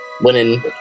winning